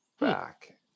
back